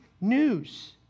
news